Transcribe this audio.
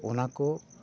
ᱚᱱᱟᱠᱚ